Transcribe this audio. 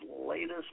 latest